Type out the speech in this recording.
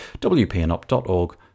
WPNOP.org